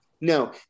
No